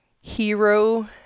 hero